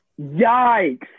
Yikes